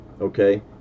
okay